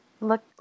look